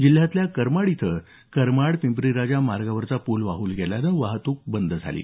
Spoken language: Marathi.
जिल्ह्यातल्या करमाड इथं करमाड पिंप्रीराजा मार्गावरील पूल वाहून गेल्यानं वाहतुक बंद झाली आहे